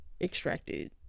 extracted